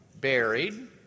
buried